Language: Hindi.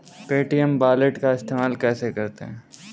पे.टी.एम वॉलेट का इस्तेमाल कैसे करते हैं?